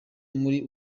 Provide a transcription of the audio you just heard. muri